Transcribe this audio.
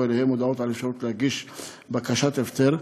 אליהם הודעות על האפשרות להגיש בקשת הפטר,